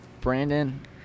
Brandon